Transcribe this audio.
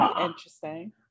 interesting